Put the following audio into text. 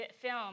film